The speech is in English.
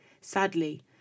Sadly